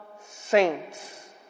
saints